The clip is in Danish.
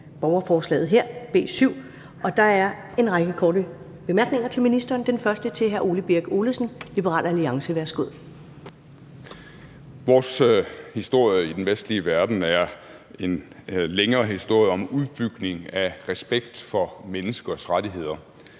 borgerforslaget her, B 7, og der er en række korte bemærkninger til ministeren. Den første er fra hr. Ole Birk Olesen, Liberal Alliance. Værsgo. Kl. 13:39 Ole Birk Olesen (LA): Vores historie i den vestlige verden er en længere historie om udbygning af respekt for menneskers rettigheder